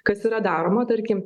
kas yra daroma tarkim